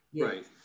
right